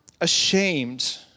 ashamed